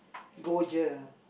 go jer